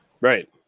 right